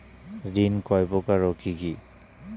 ঋণ কয় প্রকার ও কি কি?